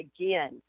Again